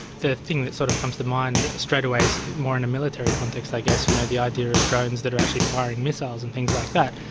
the thing that sort of comes to mind straightaway is more in a military context i guess, you know the idea of drones that are actually firing missiles and things like that.